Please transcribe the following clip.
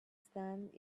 stand